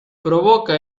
provoca